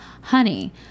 honey